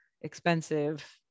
expensive